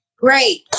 Great